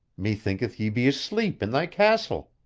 methinketh ye be asleep in thy castle.